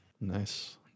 Nice